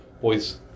boys